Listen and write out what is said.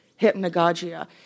hypnagogia